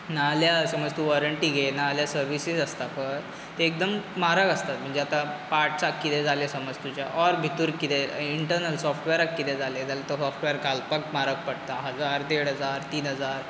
नाल्यार समज तूं वॉरंटी घेयना आल्या सर्विसीस आसता पय ते एकदम म्हारग आसता म्हणजे आतां पार्टसाक कितें जालें समज तुज्या ऑर भितूर कितें इंटर्नल सॉफ्टवॅराक कितें जालें जाल्यार तो सॉफ्टवॅर घालपाक म्हारग पडटा हजार देड हजार तीन हजार